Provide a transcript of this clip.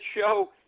show